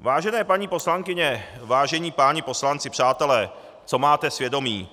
Vážené paní poslankyně, vážení páni poslanci, přátelé, co máte svědomí,